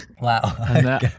Wow